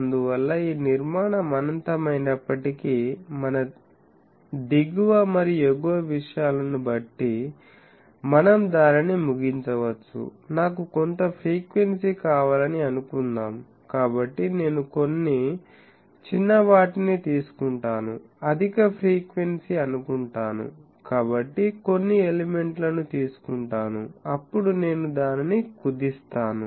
అందువల్ల ఈ నిర్మాణం అనంతమైనప్పటికీ మన దిగువ మరియు ఎగువ విషయాలను బట్టి మనం దానిని ముగించవచ్చు నాకు కొంత ఫ్రీక్వెన్సీ కావాలని అనుకుందాం కాబట్టి నేను కొన్ని చిన్న వాటిని తీసుకుంటాను అధిక ఫ్రీక్వెన్సీ అనుకుంటాను కాబట్టి కొన్ని ఎలిమెంట్లను తీసుకుంటాను అప్పుడు నేను దానిని కుదిస్తాను